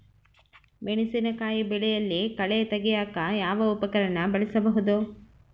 ಮೆಣಸಿನಕಾಯಿ ಬೆಳೆಯಲ್ಲಿ ಕಳೆ ತೆಗಿಯಾಕ ಯಾವ ಉಪಕರಣ ಬಳಸಬಹುದು?